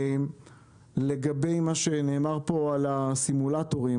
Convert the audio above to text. לגבי מה שנאמר על הסימולטורים,